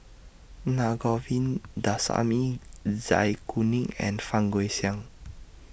Na Govindasamy Zai Kuning and Fang Guixiang